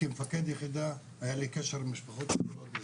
כמפקד יחידה היה לי קשר עם משפחות שכולות,